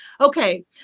okay